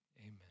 amen